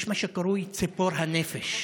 יש מה שקרוי ציפור הנפש